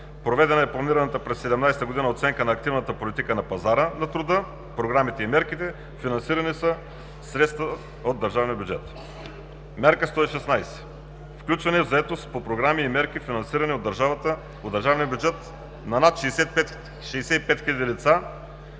Проведена е планираната през 2017 г. оценка на активната политика на пазара на труда, програмите и мерките. Финансира се със средства от държавния бюджет. Мярка 116: Включване в заетост по програми и мерки, финансирани от държавния бюджет на над 65 хиляди лица